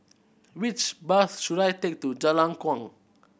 which bus should I take to Jalan Kuang